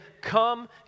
come